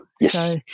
Yes